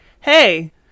hey